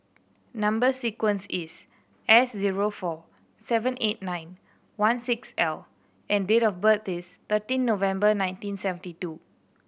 number sequence is S zero four seven eight nine one six L and date of birth is thirteen November nineteen seventy two